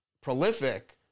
prolific